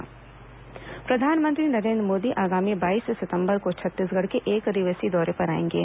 प्रधानमंत्री दौरा प्रधानमंत्री नरेन्द्र मोदी आगामी बाईस सितंबर को छत्तीसगढ़ के एकदिवसीय दौरे पर आएंगे